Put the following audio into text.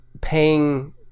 paying